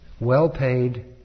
well-paid